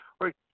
Right